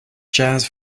jazz